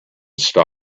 stop